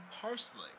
parsley